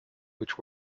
which